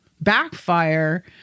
backfire